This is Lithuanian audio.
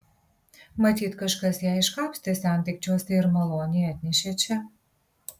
matyt kažkas ją iškapstė sendaikčiuose ir maloniai atnešė čia